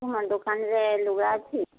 ତୁମ ଦୋକାନରେ ଲୁଗା ଅଛି